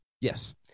Yes